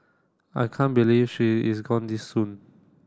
I can't believe she is gone this soon